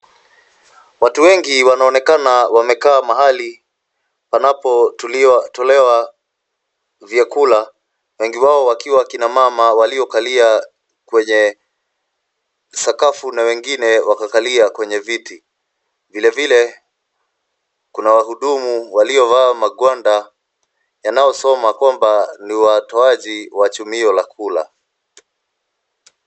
Watu wengi wanaonekana wamekaa mahali panapotolewa vyakula, wengi wao wakiwa kina mama waliokalia kwenye sakafu na wengine wakakalia kwenye viti. Vile vile kuna wahudumu waliovaa magwanda yanayosoma kwamba ni watoaji wa chumio la kula.